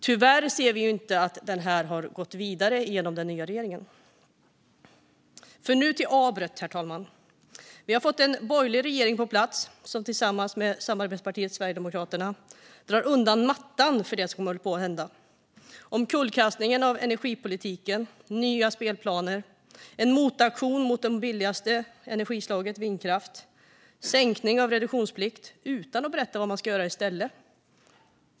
Tyvärr har den modellen inte gått vidare under den nya regeringen, och här kommer vi till det aber som finns i sammanhanget, herr talman: Vi har fått en borgerlig regering på plats som tillsammans med samarbetspartiet Sverigedemokraterna drar undan mattan för det som höll på att hända. Vi ser en kullkastning av energipolitiken, nya spelplaner, en motaktion mot det billigaste energislaget - vindkraft - och en sänkning av reduktionsplikten utan att man berättar vad man ska göra i stället.